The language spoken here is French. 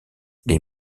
les